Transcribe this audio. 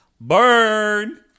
burn